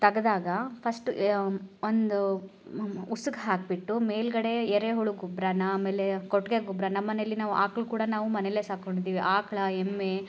ತೆಗ್ದಾಗ first ಒಂದು ಉಸುಕಿ ಹಾಕಿಬಿಟ್ಟು ಮೇಲುಗಡೆ ಎರೆಹುಳು ಗೊಬ್ಬರನ ಆಮೇಲೆ ಕೊಟ್ಟಿಗೆ ಗೊಬ್ಬರ ನಮ್ಮನೇಲಿ ನಾವು ಆಕ್ಳು ಕೂಡ ನಾವು ಮನೇಲೆ ಸಾಕೊಂಡಿದ್ದೀವಿ ಆಕ್ಳು ಎಮ್ಮೆ